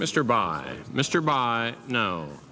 mr by mr by no